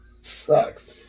Sucks